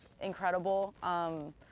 incredible